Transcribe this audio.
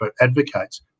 advocates